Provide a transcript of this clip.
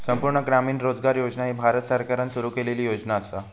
संपूर्ण ग्रामीण रोजगार योजना ही भारत सरकारान सुरू केलेली योजना असा